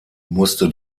musste